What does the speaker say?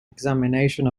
examination